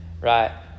right